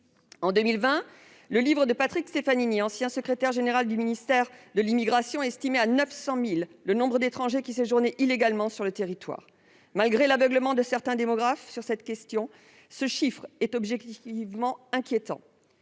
en 2020, Patrick Stefanini, ancien secrétaire général du ministère de l'immigration, estimait à 900 000 le nombre d'étrangers qui séjournaient illégalement sur le territoire. Malgré l'aveuglement de certains démographes sur cette question, ce chiffre est objectivement inquiétant